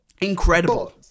Incredible